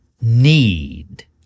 need